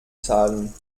zahlen